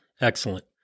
Excellent